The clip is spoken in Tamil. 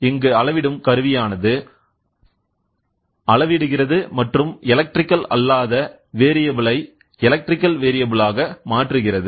இங்கு அளவிடும் கருவியானது அளவிடுகிறது மற்றும் எலக்ட்ரிகல் அல்லாத வேரியபுலை எலக்ட்ரிக்கல் வேரியபுல் ஆக மாற்றுகிறது